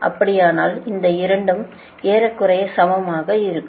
அப்படியானால் இந்த இரண்டும் ஏறக்குறைய சமமாக இருக்கும்